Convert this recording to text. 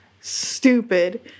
stupid